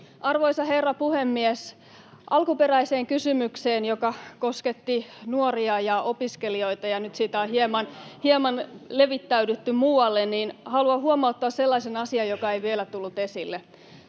Arvoisa herra puhemies! Alkuperäiseen kysymykseen liittyen, joka kosketti nuoria ja opiskelijoita ja josta on nyt hieman levittäydytty muualle, haluan huomauttaa sellaisen asian, joka ei vielä tullut esille.